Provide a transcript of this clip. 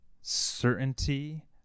certainty